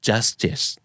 Justice